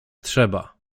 trzeba